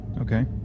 Okay